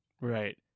Right